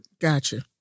Gotcha